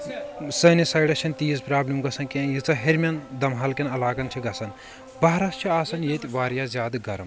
سٲنس سایڈس چھنہٕ تیٖژ پرابلِم گژھان کینٛہہ ییٖژاہ ہیٚرمٮ۪ن دمہال کٮ۪ن علاقن چھِ گژھان بہارس چھُ آسان ییٖٚتہِ واریاہ زیادٕ گرم